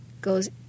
goes